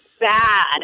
bad